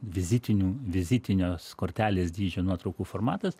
vizitinių vizitinės kortelės dydžio nuotraukų formatas